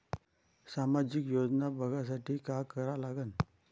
सामाजिक योजना बघासाठी का करा लागन?